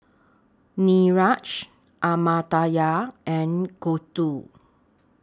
Niraj Amartya and Gouthu